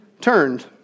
turned